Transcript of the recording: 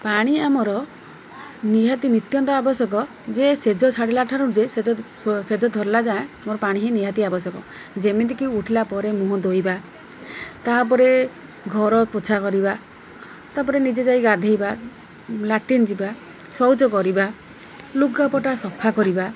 ପାଣି ଆମର ନିହାତି ନିତ୍ୟାନ୍ତ ଆବଶ୍ୟକ ଯେ ସେଜ ଛାଡ଼ିଲା ଠାରୁ ଯେ ସେଜ ସେଜ ଧରିଲା ଯାଏଁ ଆମର ପାଣି ହିଁ ନିହାତି ଆବଶ୍ୟକ ଯେମିତିକି ଉଠିଲା ପରେ ମୁହଁ ଧୋଇବା ତା'ପରେ ଘର ପୋଛା କରିବା ତା'ପରେ ନିଜେ ଯାଇ ଗାଧେଇବା ଲେଟ୍ରିନ୍ ଯିବା ଶୌଚ କରିବା ଲୁଗାପଟା ସଫା କରିବା